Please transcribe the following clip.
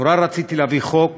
נורא רציתי להביא חוק